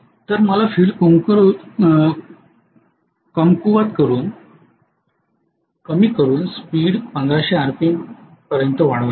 तर मला फील्ड कमकुवत करून स्पीड 1500 आरपीएम पर्यंत वाढवायचा आहे